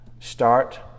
Start